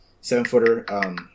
seven-footer